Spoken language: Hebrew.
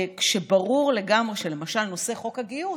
כשברור לגמרי שלמשל נושא חוק הגיוס,